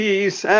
Peace